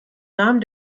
namen